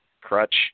crutch